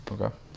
Okay